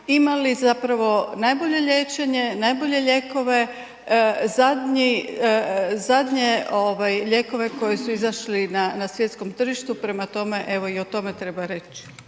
imali zapravo najbolje liječenje, najbolje lijekove, zadnji, zadnje lijekove koji su izašli na svjetskom tržištu. Prema tome, evo i o tome treba reći.